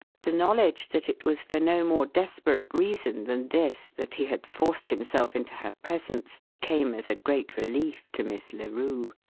the knowledge that it was for no more desperate reason than this that he had forced himself into her presence came as a great relief to miss larue.